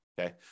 okay